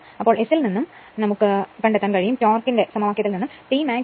അപ്പോൾ S ഇൽ നിന്നും ഭ്രമണത്തിന്റെ സമവാക്യത്തിൽ നിന്നും T max3ω S0